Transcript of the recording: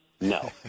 No